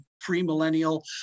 pre-millennial